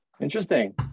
Interesting